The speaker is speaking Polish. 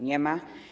Nie ma.